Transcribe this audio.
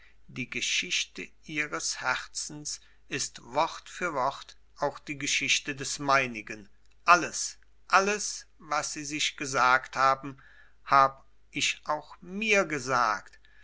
die geschichte ihres herzens ist wort für wort auch die geschichte des meinigen alles alles was sie sich gesagt haben hab ich auch mir gesagt